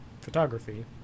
photography